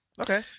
okay